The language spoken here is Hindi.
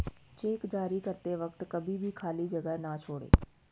चेक जारी करते वक्त कभी भी खाली जगह न छोड़ें